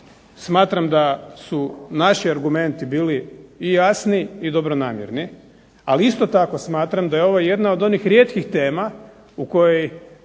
smatram da su naši argumenti bili i jasni i dobronamjerni, ali isto tako smatram da je ovo jedna od rijetkih tema nema